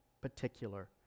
particular